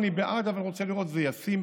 אני בעד אבל רוצה לראות שזה ישים,